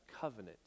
covenant